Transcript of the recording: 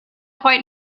quite